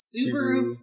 Subaru